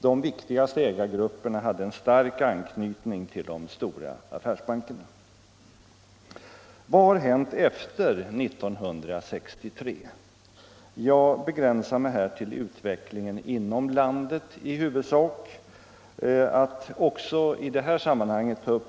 De viktigaste ägargrupperna hade en stark anknytning till de stora affärsbankerna. Vad har hänt efter 1963? Jag begränsar mig här till utvecklingen inom landet.